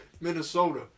Minnesota